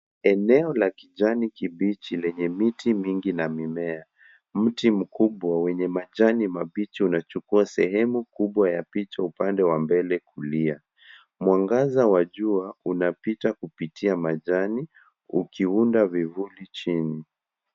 Eneo la kijani kibichi lenye miti mingi na mimea. Mti mkubwa wenye majani mabichi unachukua sehemu kubwa ya picha upande wa mbele kulia. Mwangaza wa jua unapita kupitia majani, ukiunda vivuli chini.